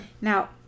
Now